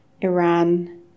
Iran